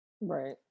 Right